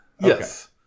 Yes